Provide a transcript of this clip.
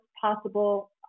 possible